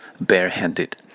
barehanded